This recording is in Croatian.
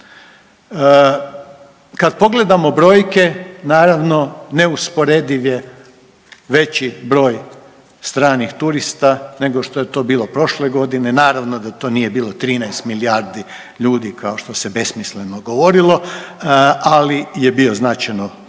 Kad pogledamo brojke naravno neusporediv je veći broj stranih turista nego što je to bilo prošle godine, naravno da to nije bilo 13 milijardi ljudi kao što se besmisleno govorilo, ali je bio značajno